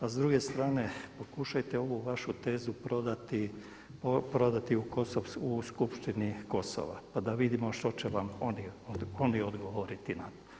A s druge strane pokušajte ovu vašu tezu prodati u Skupštini Kosova pa da vidimo što će vam oni odgovoriti na to.